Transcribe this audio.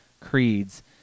creeds